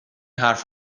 حرف